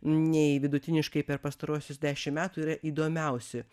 nei vidutiniškai per pastaruosius dešim metų yra įdomiausi